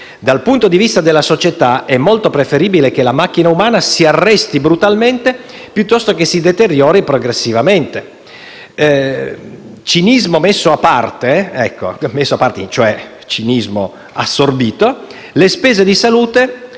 Dal punto di vista della società è preferibile che la macchina umana si arresti brutalmente piuttosto che si deteriori progressivamente. Cinismo a parte, cioè cinismo assorbito, le spese di salute